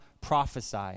prophesy